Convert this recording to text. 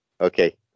okay